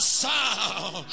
sound